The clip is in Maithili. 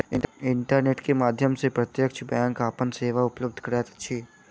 इंटरनेट के माध्यम सॅ प्रत्यक्ष बैंक अपन सेवा उपलब्ध करैत अछि